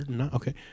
Okay